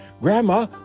Grandma